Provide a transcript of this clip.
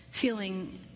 feeling